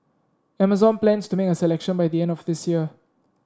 Amazon plans to make a selection by the end of this year